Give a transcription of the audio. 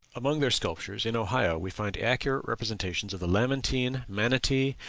among their sculptures, in ohio, we find accurate representations of the lamantine, manatee,